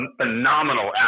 phenomenal